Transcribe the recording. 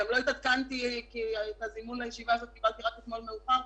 לא התעדכנתי כי את הזימון לישיבה הזאת קיבלתי רק אתמול מאוחר.